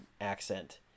accent